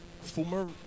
former